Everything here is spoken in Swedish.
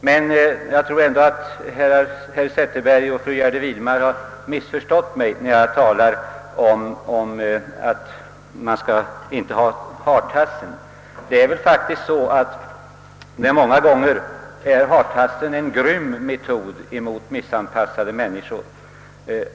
Men jag tror ändå att herr Zetterberg och fru Gärde Widemar missförstod mig när jag sade att man inte skall gå fram med hartassen. Många gånger är faktiskt hartassen en grym metod mot missanpassade människor.